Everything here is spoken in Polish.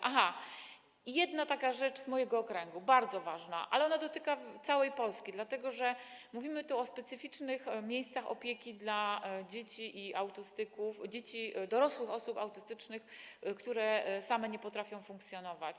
Aha, i taka jedna rzecz z mojego okręgu, bardzo ważna, ale ona dotyka całej Polski, dlatego że mówimy tu o specyficznych miejscach opieki dla dzieci i autystyków, dorosłych osób autystycznych, które same nie potrafią funkcjonować.